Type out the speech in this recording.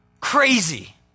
Crazy